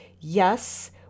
yes